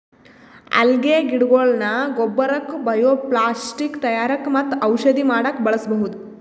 ಅಲ್ಗೆ ಗಿಡಗೊಳ್ನ ಗೊಬ್ಬರಕ್ಕ್ ಬಯೊಪ್ಲಾಸ್ಟಿಕ್ ತಯಾರಕ್ಕ್ ಮತ್ತ್ ಔಷಧಿ ಮಾಡಕ್ಕ್ ಬಳಸ್ಬಹುದ್